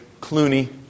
Clooney